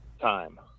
time